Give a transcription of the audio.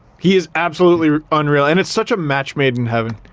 he is absolutely unreal and it's such a match made in heaven.